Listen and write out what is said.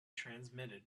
transmitted